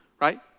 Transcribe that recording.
right